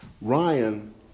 Ryan